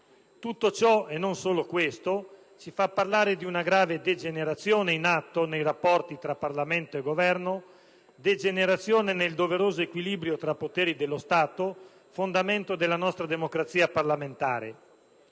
Tutto ciò, e non solo questo, ci fa parlare di una grave degenerazione in atto nei rapporti tra Parlamento e Governo, nonché nel doveroso equilibrio tra poteri dello Stato, fondamento della nostra democrazia parlamentare.